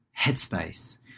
headspace